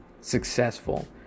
successful